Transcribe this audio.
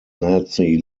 nazi